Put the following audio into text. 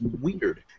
weird